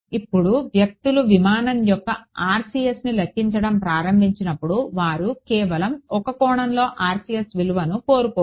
ఇప్పుడు వ్యక్తులు విమానం యొక్క RCSని లెక్కించడం ప్రారంభించినప్పుడు వారు కేవలం ఒక కోణంలో RCS విలువను కోరుకోరు